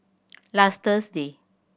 last Thursday